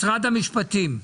משרד המשפטים.